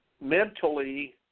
mentally